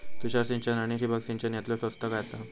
तुषार सिंचन आनी ठिबक सिंचन यातला स्वस्त काय आसा?